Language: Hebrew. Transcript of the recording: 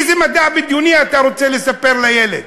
איזה מדע בדיוני אתה רוצה לספר לילד?